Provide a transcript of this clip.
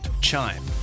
Chime